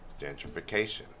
gentrification